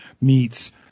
meets